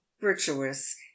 virtuous